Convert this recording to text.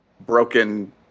broken